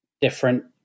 different